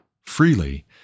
freely